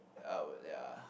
I would ya